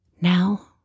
now